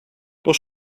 bus